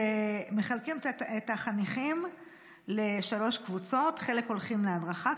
ומחלקים את החניכים לשלוש קבוצות: חלק הולכים להדרכה,